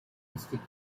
district